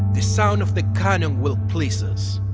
the sound of the cannon will please us.